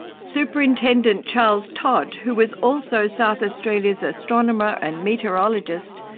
superintendent charles todd, who was also south australia's astronomer and meteorologist,